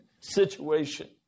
situation